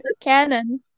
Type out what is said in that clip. canon